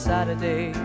Saturday